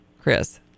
Chris